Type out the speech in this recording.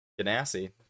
Ganassi